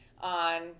on